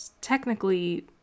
Technically